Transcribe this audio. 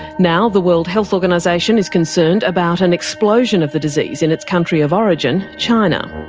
now the world health organisation is concerned about an explosion of the disease in its country of origin, china.